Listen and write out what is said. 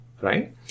right